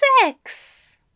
sex